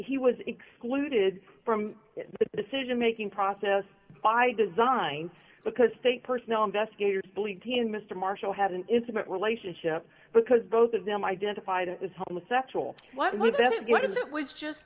he was excluded from the decision making process by design because they personal investigators believed in mr marshall had an intimate relationship because both of them identified it as homosexual what it what it was just